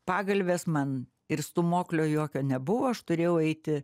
pagalvės man ir stūmoklio jokio nebuvo aš turėjau eiti